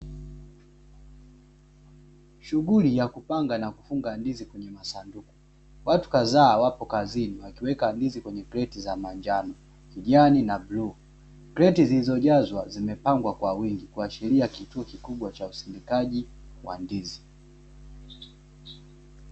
Shughuli ya kupanga na kufunga ndizi kwenye masanduku watu kadhaa wapo kazini wakiweka ndizi kwenye kreti za manjano, kijani na bluu, kreti zilizo jazwa zimepangwa kwa wingi kuashiria kituo kikubwa cha usindikaji wa ndizi.